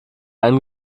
einen